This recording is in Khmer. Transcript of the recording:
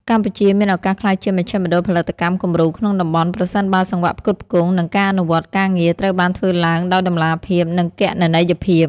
កម្ពុជាមានឱកាសក្លាយជាមជ្ឈមណ្ឌលផលិតកម្មគំរូក្នុងតំបន់ ប្រសិនបើសង្វាក់ផ្គត់ផ្គង់ និងការអនុវត្តការងារត្រូវបានធ្វើឡើងដោយតម្លាភាព និងគណនេយ្យភាព។